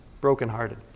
brokenhearted